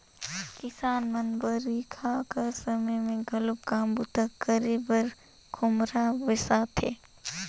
किसान मन बरिखा कर समे मे घलो काम बूता करे बर खोम्हरा बेसाथे